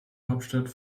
hauptstadt